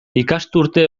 ikasturte